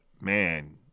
man